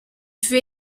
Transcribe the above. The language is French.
fut